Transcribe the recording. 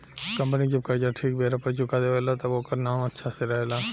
company जब कर्जा ठीक बेरा पर चुका देवे ला तब ओकर नाम अच्छा से रहेला